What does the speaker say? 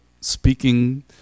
speaking